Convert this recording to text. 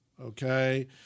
Okay